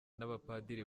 n’abapadiri